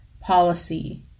policy